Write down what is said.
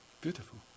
Beautiful